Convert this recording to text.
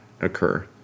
occur